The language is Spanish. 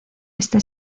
este